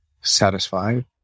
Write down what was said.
satisfied